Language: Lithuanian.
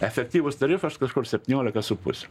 efektyvus tarifas kažkur septyniolika su puse